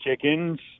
chickens